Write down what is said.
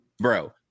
Bro